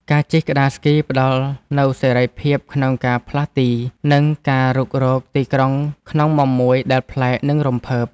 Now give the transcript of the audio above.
ការជិះក្ដារស្គីផ្ដល់នូវសេរីភាពក្នុងការផ្លាស់ទី និងការរុករកទីក្រុងក្នុងមុំមួយដែលប្លែក និងរំភើប។